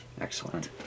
Excellent